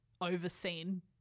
overseen